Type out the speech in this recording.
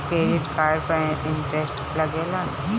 Credit card पर interest लागेला?